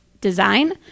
design